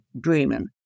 dreaming